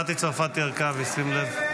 מטי צרפתי הרכבי, שים לב.